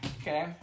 Okay